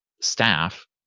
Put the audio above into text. staff